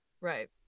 right